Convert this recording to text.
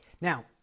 Now